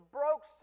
broke